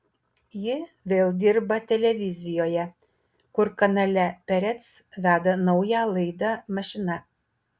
ji vėl dirba televizijoje kur kanale perec veda naują laidą mašina